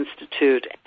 Institute